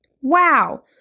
Wow